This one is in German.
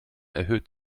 erhöht